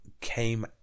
came